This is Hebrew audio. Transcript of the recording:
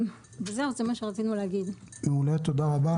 תודה רבה.